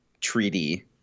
treaty